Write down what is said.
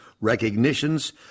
recognitions